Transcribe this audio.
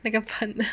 那个喷了